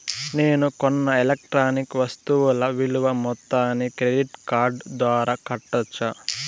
నేను కొన్న ఎలక్ట్రానిక్ వస్తువుల విలువ మొత్తాన్ని క్రెడిట్ కార్డు ద్వారా కట్టొచ్చా?